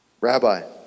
Rabbi